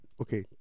Okay